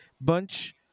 bunch